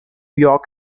york